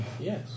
Yes